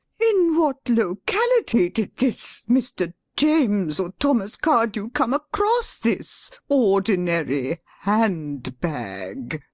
in what locality did this mr. james, or thomas, cardew come across this ordinary hand-bag?